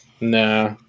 Nah